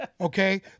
Okay